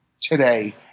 today